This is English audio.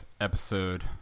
episode